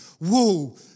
Whoa